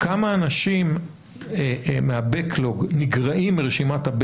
כמה אנשים מה- backlog נגרעים מרשימת ה-